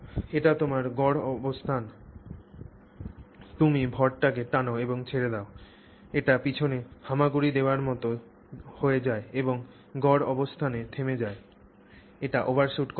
এটি তোমার গড় অবস্থান তুমি ভরটাকে টান এবং ছেড়ে দাও এটি পিছনে হামাগুড়ি দেওয়ার মত যায় এবং গড় অবস্থানে থেমে যায় এটি ওভারশুট করে না